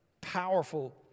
powerful